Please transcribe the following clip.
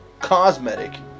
cosmetic